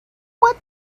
what